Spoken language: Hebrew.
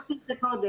אמרתי את זה קודם.